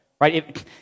right